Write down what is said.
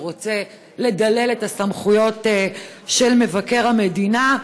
שרוצה לדלל את הסמכויות של מבקר המדינה,